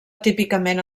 típicament